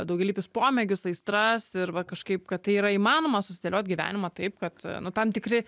daugialypius pomėgius aistras ir va kažkaip kad tai yra įmanoma susidėlioti gyvenimą taip kad nu tam tikri